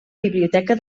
biblioteca